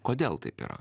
kodėl taip yra